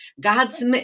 God's